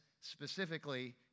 specifically